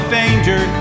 danger